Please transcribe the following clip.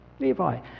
Levi